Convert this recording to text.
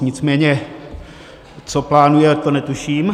Nicméně co plánuje, to netuším.